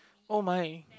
oh my